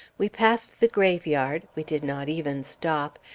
we passed the graveyard, we did not even stop,